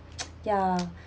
ya